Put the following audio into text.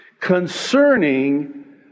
concerning